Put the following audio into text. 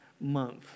month